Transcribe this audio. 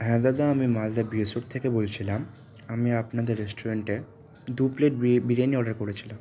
হ্যাঁ দাদা আমি মালদা থেকে বলছিলাম আমি আপনাদের রেস্টুরেন্টে দু প্লেট বি বিরিয়ানি অর্ডার করেছিলাম